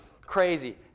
crazy